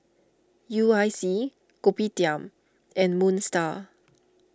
U I C Kopitiam and Moon Star